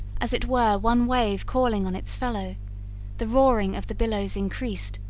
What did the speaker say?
as it were one wave calling on its fellow the roaring of the billows increased,